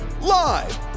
live